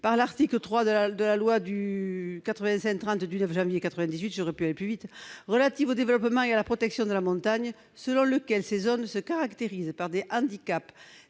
par l'article 3 de la loi n° 85-30 du 9 janvier 1985 relative au développement et à la protection de la montagne, selon lequel ces zones « se caractérisent par des handicaps